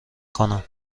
کنم